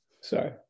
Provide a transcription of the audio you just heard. Sorry